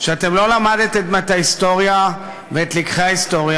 אתם לא למדתם את ההיסטוריה ואת לקחי ההיסטוריה